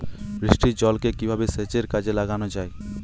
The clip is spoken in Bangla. বৃষ্টির জলকে কিভাবে সেচের কাজে লাগানো যায়?